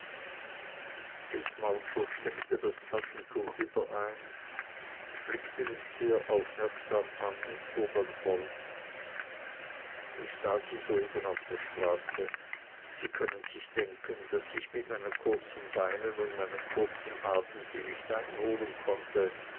mowcher steckte das taschentuch wieder ein blickte mich sehr aufmerksam an und fuhr dann fort ich sah sie soeben auf der straße sie können sich denken daß ich mit meinen kurzen beinen und meinem kurzen atem sie nicht einholen konnte